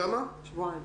שבועיים.